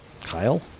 Kyle